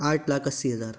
आठ लाख अस्सी हज़ार